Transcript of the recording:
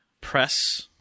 press